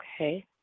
Okay